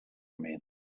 mean